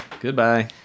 Goodbye